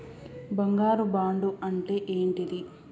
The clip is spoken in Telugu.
బంగారు బాండు అంటే ఏంటిది?